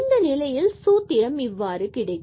இந்த நிலையில் சூத்திரம் இவ்வாறு கிடைக்கும்